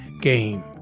game